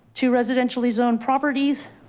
two residentially zoned properties